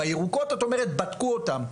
בירוקות את אומרת, בדקו אותן.